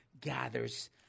gathers